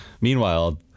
meanwhile